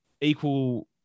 equal